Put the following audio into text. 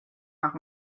nach